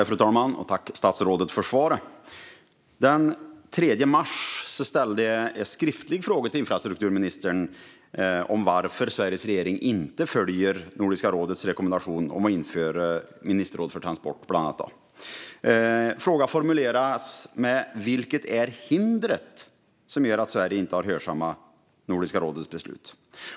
Fru talman! Tack, statsrådet, för svaret! Den 3 mars ställde jag en skriftlig fråga till infrastrukturministern om varför Sveriges regering inte följer Nordiska rådets rekommendation om att införa bland annat ministerråd för transport. Frågan formulerades: Vilket är hindret som gör att Sverige inte har hörsammat Nordiska rådets beslut?